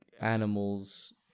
animals